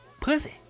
pussy